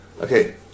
Okay